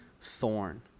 thorn